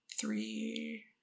three